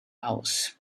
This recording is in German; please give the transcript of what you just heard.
aus